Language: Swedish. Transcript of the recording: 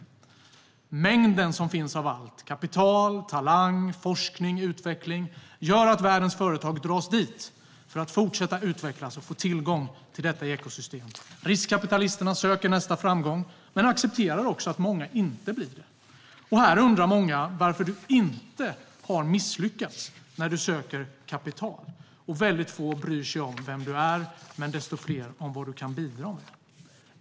Den mängd av allt som finns - kapital, talang, forskning och utveckling - gör att världens företag dras dit för att fortsätta utvecklas och få tillgång till detta ekosystem. Riskkapitalisterna söker nästa framgång, men de accepterar också att många inte blir framgångsrika. Här undrar många varför du inte har misslyckats när du söker kapital. Väldigt få bryr sig om vem du är, men desto fler bryr sig om vad du kan bidra med.